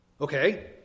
Okay